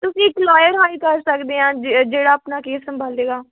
ਤੁਸੀਂ ਇੱਕ lawyer hire ਕਰ ਸਕਦੇ ਹਾਂ ਜਿ ਜਿਹੜਾ ਆਪਣਾ ਕੇਸ ਸੰਭਾਲੇਗਾ